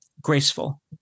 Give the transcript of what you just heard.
graceful